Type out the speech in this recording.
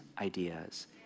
ideas